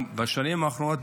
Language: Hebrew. בשנים האחרונות,